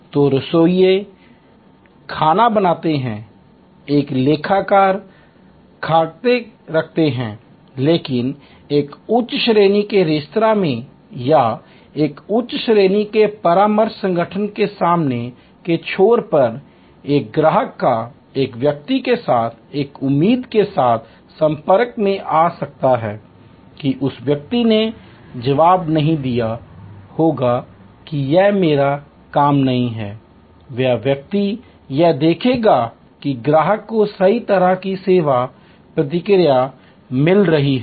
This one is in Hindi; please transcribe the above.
तो रसोइए खाना बनाते हैं एक लेखाकार खाते रखते हैं लेकिन एक उच्च श्रेणी के रेस्तरां में या एक उच्च श्रेणी के परामर्श संगठन के सामने के छोर पर एक ग्राहक एक व्यक्ति के साथ एक उम्मीद के साथ संपर्क में आ सकता है कि उस व्यक्ति ने जवाब नहीं दिया होगा कि यह मेरा काम नहीं है वह व्यक्ति यह देखेगा कि ग्राहक को सही तरह की सेवा प्रतिक्रिया मिल रही है